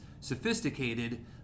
sophisticated